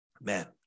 Man